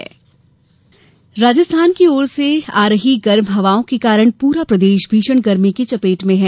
मौसम राजस्थान की और से आ रही गर्म हवाओं के कारण पूरा प्रदेश भीषण गर्मी की चपेट में है